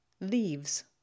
Leaves